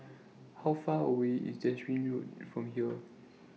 How Far away IS Derbyshire Road from here